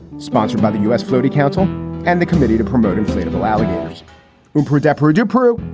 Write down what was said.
sponsored by the u s. floatie council and the committee to promote inflatable alligators who predate purdue, peru.